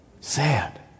Sad